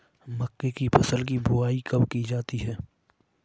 मक्के की फसल की बुआई कब की जाती है?